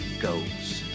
goes